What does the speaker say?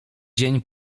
dzień